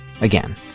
Again